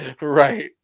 Right